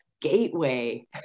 gateway